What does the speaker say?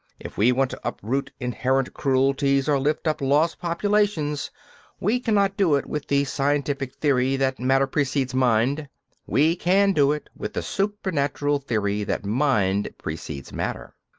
if we want to uproot inherent cruelties or lift up lost populations we cannot do it with the scientific theory that matter precedes mind we can do it with the supernatural theory that mind precedes matter.